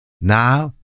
Now